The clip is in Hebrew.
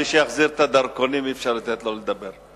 בלי שיחזיר את הדרכונים אי-אפשר לתת לו לדבר...